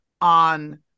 on